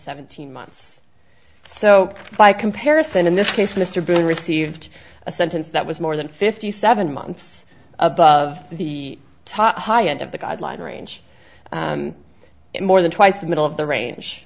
seventeen months so by comparison in this case mr b received a sentence that was more than fifty seven months above the top high end of the guideline range more than twice the middle of the range